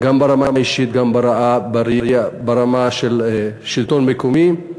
גם ברמה האישית וגם ברמה של השלטון המקומי.